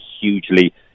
hugely